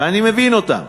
ואני מבין אותם.